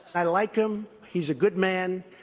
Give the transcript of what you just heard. i like him. he's a good man.